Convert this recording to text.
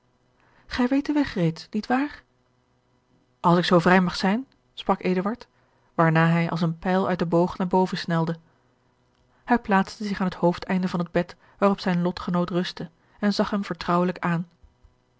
gij weet den weg reeds niet waar als ik zoo vrij mag zijn sprak eduard waarna hij als een pijl uit den boog naar boven snelde hij plaatste zich aan het hoofdeinde van het bed waarop zijn lotgenoot rustte en zag hem vertrouwelijk aan